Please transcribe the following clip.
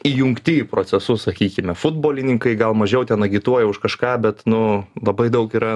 įjungti į procesus sakykime futbolininkai gal mažiau ten agituoja už kažką bet nu labai daug yra